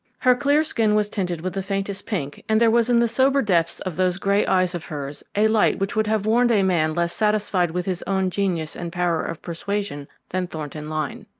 her clear skin was tinted with the faintest pink, and there was in the sober depths of those grey eyes of hers a light which would have warned a man less satisfied with his own genius and power of persuasion than thornton lyne.